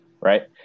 right